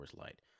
Light